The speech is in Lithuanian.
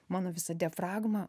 mano visa diafragma